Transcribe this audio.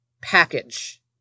package